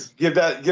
ah give that, yeah